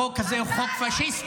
החוק הזה הוא חוק פשיסטי.